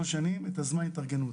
שנה וחצי ושלוש שנים כזמן להתארגנות.